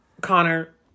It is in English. Connor